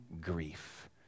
grief